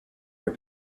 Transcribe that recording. your